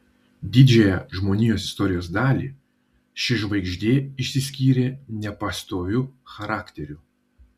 didžiąją žmonijos istorijos dalį ši žvaigždė išsiskyrė nepastoviu charakteriu